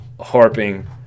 harping